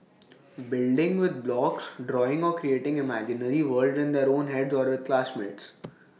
building with blocks drawing or creating imaginary worlds in their own heads or with classmates